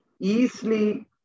easily